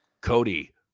Cody